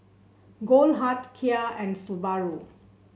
Goldheart Kia and Subaru